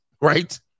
Right